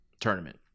tournament